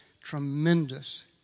tremendous